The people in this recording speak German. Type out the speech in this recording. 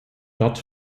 dort